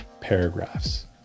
paragraphs